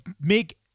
make